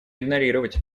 игнорировать